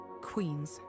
queens